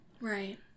Right